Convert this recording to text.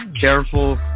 careful